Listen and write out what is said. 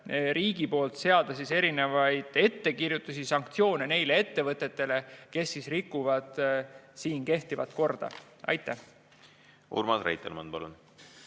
riigi poolt erinevaid ettekirjutusi, sanktsioone neile ettevõtetele, kes rikuvad siin kehtivat korda. Urmas Reitelmann, palun!